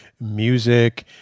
music